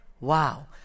Wow